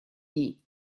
ней